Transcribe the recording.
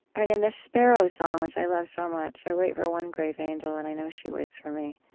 um in in this sparrow song, which i love so much i wait for one grave angel, and i know she waits for me.